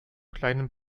kleinen